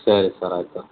ಸರಿ ಸರ್ ಆಯಿತು